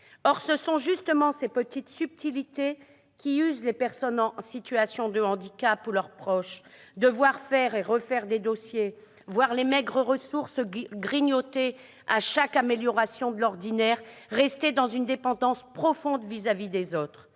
Or ce sont précisément ces petites subtilités qui usent les personnes en situation de handicap ou leurs proches : l'obligation de faire et de refaire des dossiers, la perspective de voir les maigres ressources grignotées à chaque amélioration de l'ordinaire, le maintien dans une dépendance profonde vis-à-vis des autres,